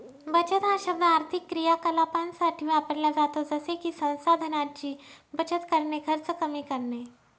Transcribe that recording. बचत हा शब्द आर्थिक क्रियाकलापांसाठी वापरला जातो जसे की संसाधनांची बचत करणे, खर्च कमी करणे